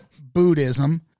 Buddhism